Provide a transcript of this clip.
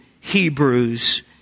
Hebrews